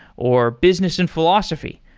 or business in philosophy,